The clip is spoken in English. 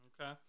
Okay